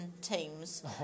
teams